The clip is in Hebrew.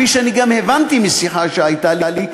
כפי שגם הבנתי משיחה שהייתה לי,